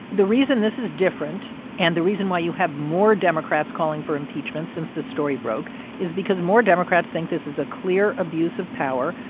the reason this is different and the reason why you have more democrats calling for impeachment since this story broke is because more democrats think this is a clear abuse of power,